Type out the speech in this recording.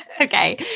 Okay